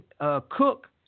Cook